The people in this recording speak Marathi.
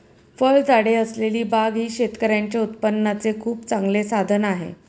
फळझाडे असलेली बाग ही शेतकऱ्यांच्या उत्पन्नाचे खूप चांगले साधन आहे